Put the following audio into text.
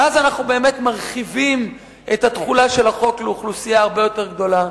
ואז אנחנו באמת מרחיבים את התחולה של החוק לאוכלוסייה הרבה יותר גדולה.